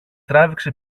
τράβηξε